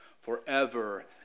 forever